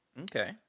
Okay